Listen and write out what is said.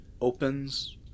opens